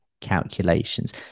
calculations